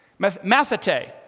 mathete